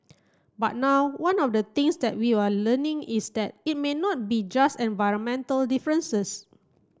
but now one of the things that we are learning is that it may not be just environmental differences